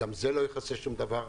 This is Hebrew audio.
גם זה לא יכסה שום דבר.